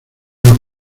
los